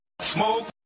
Smoke